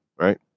right